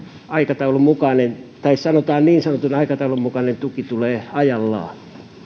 aikataulunmukainen tai sanotaan niin sanotun aikataulun mukainen tuki tulee ajallaan